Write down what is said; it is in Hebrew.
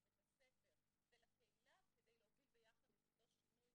לבית הספר ולקהילה כדי להוביל ביחד את אותו שינוי